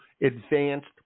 advanced